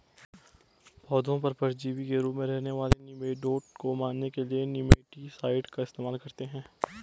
पौधों पर परजीवी के रूप में रहने वाले निमैटोड को मारने के लिए निमैटीसाइड का इस्तेमाल करते हैं